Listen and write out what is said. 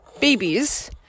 babies